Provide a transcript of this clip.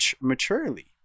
maturely